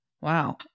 Wow